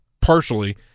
partially